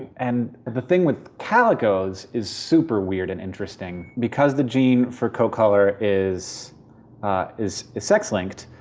and the thing with calicos is super weird and interesting. because the gene for coat color is is sex linked,